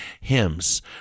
hymns